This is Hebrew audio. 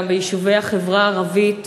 ביישובי החברה הערבית,